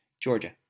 Georgia